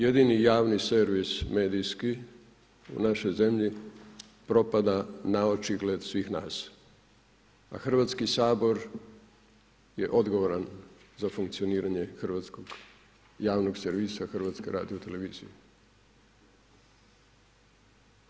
Jedini javni servis medijski u našoj zemlji propada na očigled svih nas, a Hrvatski sabor je odgovoran za funkcioniranje javnog servisa HRT-a.